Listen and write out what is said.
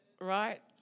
right